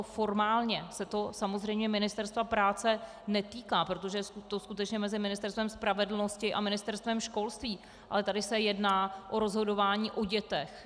Formálně se to samozřejmě Ministerstva práce netýká, protože je to skutečně mezi Ministerstvem spravedlnosti a Ministerstvem školství, ale tady se jedná o rozhodování o dětech.